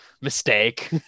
Mistake